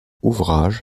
ouvrage